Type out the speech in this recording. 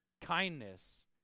kindness